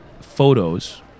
photos